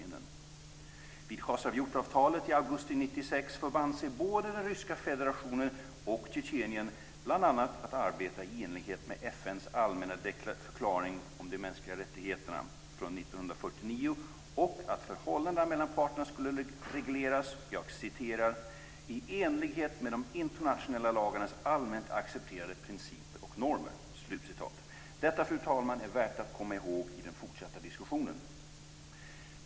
I samband med det avtal som slöts i Khasavyurt i augusti 1996 förband sig både den ryska federationen och Tjetjenien bl.a. att arbeta i enlighet med FN:s allmänna förklaring om de mänskliga rättigheterna från 1949 och att förhållandena mellan parterna skulle regleras "i enlighet med de internationella lagarnas allmänna accepterade principer och normer". Detta, fru talman, är värt att komma ihåg i den fortsatta diskussionen.